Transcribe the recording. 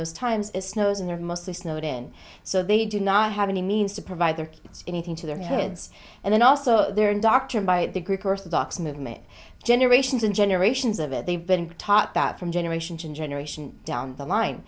those times snows in their mostly snowed in so they do not have any means to provide their anything to their heads and then also their doctrine by the greek orthodox movement generations and generations of it they've been taught that from generation to generation down the line